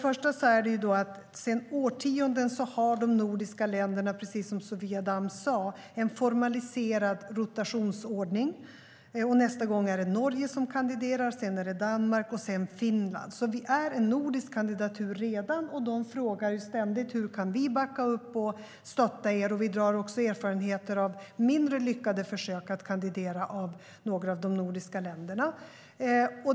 Först och främst: Sedan årtionden tillbaka har de nordiska länderna, precis som Sofia Damm sa, en formaliserad rotationsordning. Nästa gång är det Norge som kandiderar, sedan är det Danmark och därefter Finland. Sverige är redan en nordisk kandidat, och de andra länderna frågar ständigt: Hur kan vi backa upp och stötta er? Vi drar också erfarenheter av mindre lyckade försök att kandidera av några av de nordiska länderna.